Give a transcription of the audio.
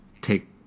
take